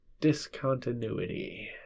Discontinuity